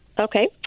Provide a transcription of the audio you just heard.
Okay